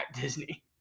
Disney